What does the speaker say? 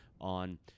on